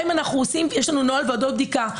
יש לנו נוהל ועדות בדיקה.